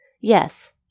Yes